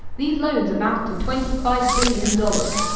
these loans amount to twenty five billion dollars.